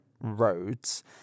roads